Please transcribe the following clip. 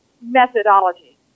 methodology